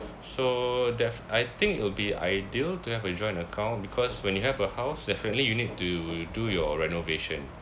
so def~ I think it will be ideal to have a joint account because when you have a house definitely you need to do your renovation